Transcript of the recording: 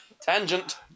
Tangent